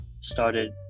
started